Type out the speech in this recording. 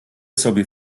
sobie